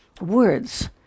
Words